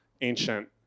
ancient